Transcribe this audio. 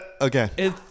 Okay